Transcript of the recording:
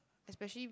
especially